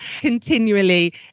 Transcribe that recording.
continually